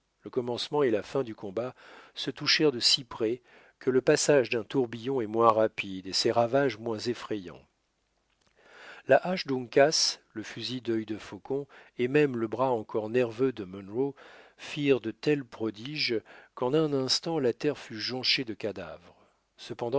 le commencement et la fin du combat se touchèrent de si près que le passage d'un tourbillon est moins rapide et ses ravages moins effrayants la hache d'uncas le fusil dœil defaucon et même le bras encore nerveux de munro firent de tels prodiges qu'en un instant la terre fut jonchée de cadavres